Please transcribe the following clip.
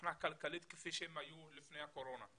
מבחינה כלכלית להיות כפי שהיו לפני הקורונה.